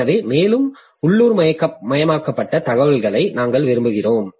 எனவே மேலும் உள்ளூர்மயமாக்கப்பட்ட தகவல்களை நாங்கள் விரும்புகிறோம்